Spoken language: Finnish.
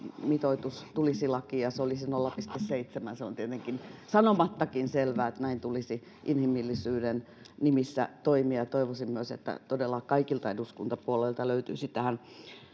mitoitus tulisi lakiin ja se olisi nolla pilkku seitsemän se on tietenkin sanomattakin selvää että näin tulisi inhimillisyyden nimissä toimia toivoisin myös että todella kaikilta eduskuntapuolueilta löytyisi tähän